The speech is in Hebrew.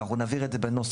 ואנחנו נבהיר את זה בנוסח,